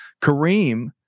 Kareem